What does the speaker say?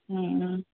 हम्म